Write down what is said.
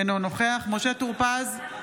אינו נוכח משה טור פז,